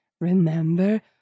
Remember